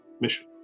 mission